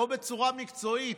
לא בצורה מקצועית,